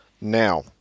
now